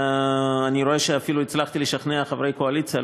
אני רואה שאפילו הצלחתי לשכנע חברי קואליציה,